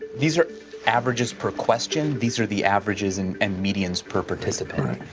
these are averages per question. these are the averages and and medians per participant.